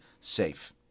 safe